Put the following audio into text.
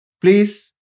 Please